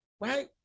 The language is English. right